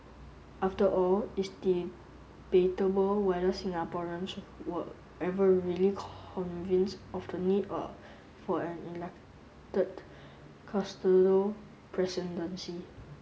after all it's debatable whether Singaporeans were ever really convinced of the need of for an elected custodial presidency